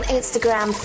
Instagram